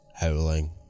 howling